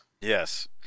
yes